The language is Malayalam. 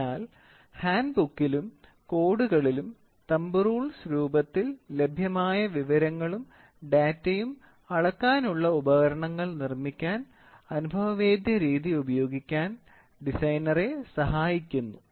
അതിനാൽ ഹാൻഡ് ബുക്കിലും കോഡുകളിലും തമ്പ് റൂൾസ് രൂപത്തിൽ ലഭ്യമായ വിവരങ്ങളും ഡാറ്റയും അളക്കാനുള്ള ഉപകരണങ്ങൾ നിർമ്മിക്കാൻ അനുഭവേദ്യ രീതി ഉപയോഗിക്കാൻ ഡിസൈനറെ സഹായിക്കുന്നു